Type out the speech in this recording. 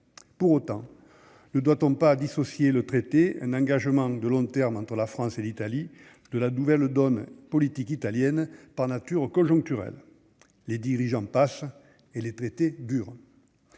pour autant, ne doit-on pas dissocier le traité, un engagement de long terme entre la France et l'Italie de la nouvelle donne politique italienne par nature conjoncturelle, les dirigeants de tâches et les traiter dur